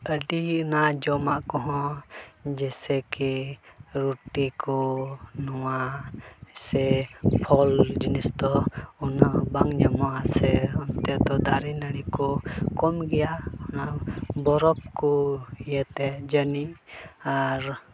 ᱟᱹᱰᱤ ᱚᱱᱟ ᱡᱚᱢᱟᱜ ᱠᱚᱦᱚᱸ ᱡᱮᱭᱥᱮ ᱠᱤ ᱨᱩᱴᱤ ᱠᱚ ᱱᱚᱣᱟ ᱥᱮ ᱯᱷᱚᱞ ᱡᱤᱱᱤᱥ ᱫᱚ ᱩᱱᱟᱹᱜ ᱵᱟᱝ ᱧᱟᱢᱚᱜᱼᱟ ᱥᱮ ᱚᱱᱛᱮ ᱫᱚ ᱫᱟᱨᱮ ᱱᱟᱹᱲᱤ ᱠᱚ ᱠᱚᱢ ᱜᱮᱭᱟ ᱚᱱᱟ ᱵᱚᱨᱚᱯᱷ ᱠᱚ ᱤᱭᱟᱹᱛᱮ ᱡᱟᱹᱱᱤᱡ ᱟᱨ